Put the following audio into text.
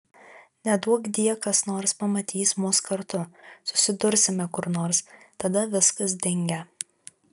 neduokdie kas nors pamatys mus kartu susidursime kur nors tada viskas dingę